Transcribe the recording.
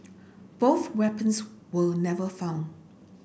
both weapons were never found